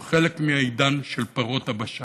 הוא חלק מעידן של פרות הבשן.